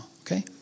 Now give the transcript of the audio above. Okay